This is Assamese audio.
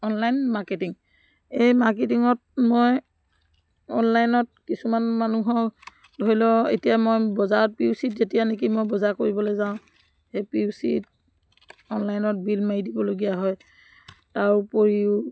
অনলাইন মাৰ্কেটিং এই মাৰ্কেটিঙত মই অনলাইনত কিছুমান মানুহৰ ধৰি লওক এতিয়া মই বজাৰত পি ইউ চিত যেতিয়া নেকি মই বজাৰ কৰিবলৈ যাওঁ সেই পি ইউ চিত অনলাইনত বিল মাৰি দিবলগীয়া হয় তাৰ উপৰিও